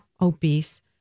obese